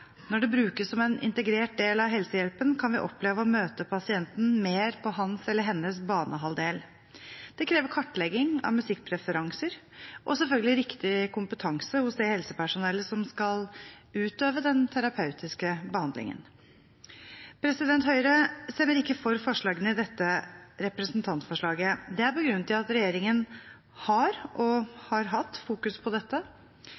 Når det brukes som en integrert del av helsehjelpen, kan vi oppleve å møte pasienten mer på hans eller hennes banehalvdel. Det krever kartlegging av musikkpreferanser og selvfølgelig riktig kompetanse hos det helsepersonellet som skal utøve den terapeutiske behandlingen. Høyre stemmer ikke for forslagene fra mindretallet i denne innstillingen. Det er begrunnet i at regjeringen fokuserer, og har fokusert, på dette,